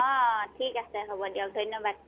অঁ ঠিক আছে হ'ব দিয়ক ধন্যবাদ